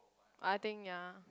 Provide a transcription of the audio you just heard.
I think ya